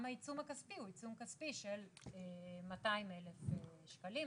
גם העיצום הכספי הוא עיצום כספי של 200 אלף שקלים.